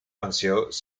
anciaux